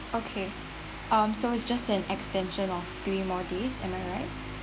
okay um so is just an extension of three more days am I right